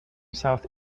south